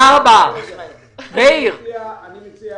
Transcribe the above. אני מציע